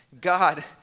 God